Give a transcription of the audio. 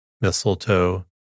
mistletoe